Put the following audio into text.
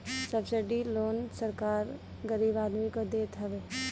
subsidy loan सरकार गरीब आदमी के देत हवे